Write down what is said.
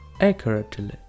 accurately